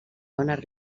bones